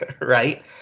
Right